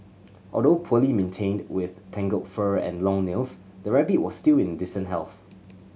although poorly maintained with tangled fur and long nails the rabbit was still in decent health